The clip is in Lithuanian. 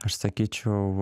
aš sakyčiau